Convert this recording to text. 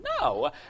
No